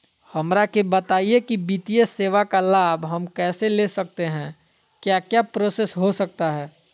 हमरा के बताइए की वित्तीय सेवा का लाभ हम कैसे ले सकते हैं क्या क्या प्रोसेस हो सकता है?